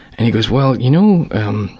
and he goes, well, you know,